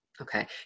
Okay